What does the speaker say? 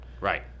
right